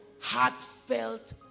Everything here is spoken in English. Heartfelt